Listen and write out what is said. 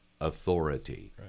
authority